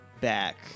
back